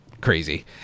crazy